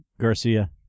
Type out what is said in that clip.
Garcia